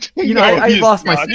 you know i lost my